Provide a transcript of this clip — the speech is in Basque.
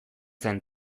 zen